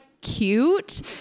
cute